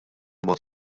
mod